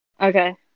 Okay